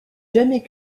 jamais